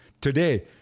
today